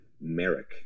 Merrick